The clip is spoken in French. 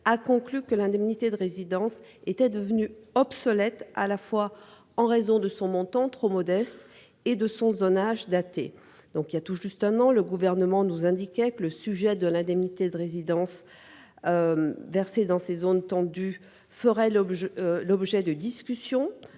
a conclu que l’indemnité de résidence était devenue obsolète à la fois en raison de son montant trop modeste et de son zonage daté. Il y a tout juste un an, le Gouvernement nous indiquait que le sujet de l’indemnité de résidence versée dans ces zones tendues ferait l’objet de discussions